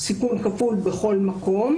סיכון כפול בכל מקום.